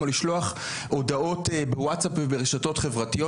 כמו לשלוח הודעות בווטסאפ וברשתות חברתיות.